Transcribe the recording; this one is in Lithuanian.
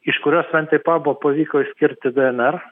iš kurio svantei pabo pavyko išskirti dnr